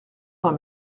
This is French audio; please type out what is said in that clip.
dans